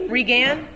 Regan